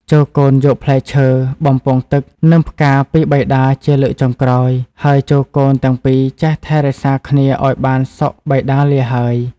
ចូរកូនយកផ្លែឈើ បំពង់ទឹក និងផ្កាពីបិតាជាលើកចុងក្រោយ ហើយចូរកូនទាំងពីរចេះថែរក្សាគ្នាឱ្យបានសុខបិតាលាហើយ។។